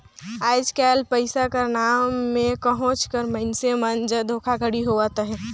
आएज काएल पइसा कर नांव में कहोंच कर मइनसे मन जग धोखाघड़ी होवत अहे